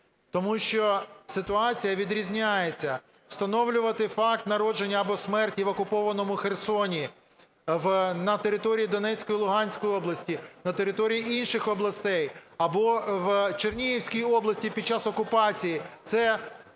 Тому що ситуація відрізняється: встановлювати факт народження або смерті в окупованому Херсоні, на території Донецької, Луганської областей, на території інших областей або в Чернігівській області під час окупації – це одна